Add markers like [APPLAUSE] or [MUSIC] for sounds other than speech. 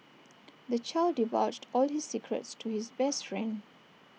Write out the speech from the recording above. [NOISE] the child divulged all his secrets to his best friend